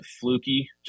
fluky